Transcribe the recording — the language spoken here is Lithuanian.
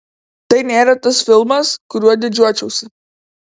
tai nėra tas filmas kuriuo didžiuočiausi